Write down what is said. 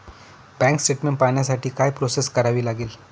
Bank statement पाहण्यासाठी काय process करावी लागेल?